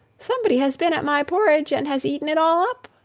somebody has been at my porridge, and has eaten it all up!